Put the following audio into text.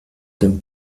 tome